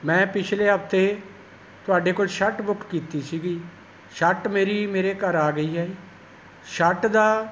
ਮੈਂ ਪਿਛਲੇ ਹਫ਼ਤੇ ਤੁਹਾਡੇ ਕੋਲ ਸ਼ਰਟ ਬੁੱਕ ਕੀਤੀ ਸੀ ਸ਼ਰਟ ਮੇਰੀ ਮੇਰੇ ਘਰ ਆ ਗਈ ਹੈ ਸ਼ਰਟ ਦਾ